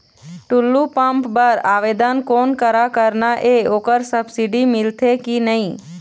Tullu pump बर आवेदन कोन करा करना ये ओकर सब्सिडी मिलथे की नई?